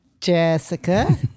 Jessica